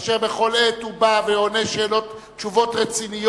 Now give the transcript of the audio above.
אשר בא לכאן בכל עת ועונה תשובות רציניות,